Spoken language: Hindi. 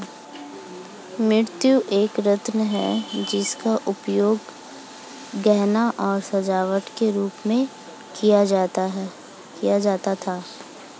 मोती एक रत्न है जिसका उपयोग गहनों और सजावट के रूप में किया जाता था